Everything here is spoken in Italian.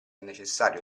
necessario